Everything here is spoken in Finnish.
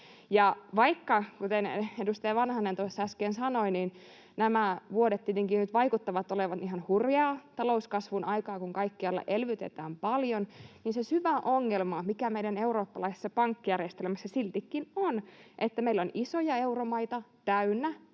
Vaikka, kuten edustaja Vanhanen tuossa äsken sanoi, nämä vuodet tietenkin nyt vaikuttavat olevan ihan hurjaa talouskasvun aikaa, kun kaikkialla elvytetään paljon, niin se syvä ongelma, mikä meidän eurooppalaisessa pankkijärjestelmässä siltikin on, on se, että meillä on isoja euromaita täynnä